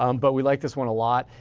um but we like this one a lot.